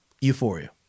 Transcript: Euphoria